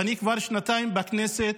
ואני כבר שנתיים בכנסת